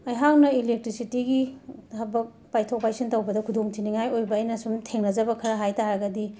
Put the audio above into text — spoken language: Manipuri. ꯑꯩꯍꯥꯛꯅ ꯏꯂꯦꯛꯇꯤꯁꯤꯇꯤꯒꯤ ꯊꯕꯛ ꯄꯥꯏꯊꯣꯛ ꯄꯥꯏꯁꯤꯟ ꯇꯧꯕꯗ ꯈꯨꯗꯣꯡꯊꯤꯅꯤꯡꯉꯥꯏ ꯑꯣꯏꯕ ꯑꯩꯅ ꯁꯨꯝ ꯊꯦꯡꯅꯖꯕ ꯈꯔ ꯍꯥꯏ ꯇꯥꯔꯒꯗꯤ